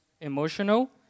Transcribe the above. emotional